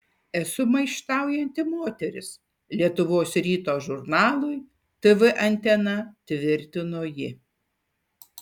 esu maištaujanti moteris lietuvos ryto žurnalui tv antena tvirtino ji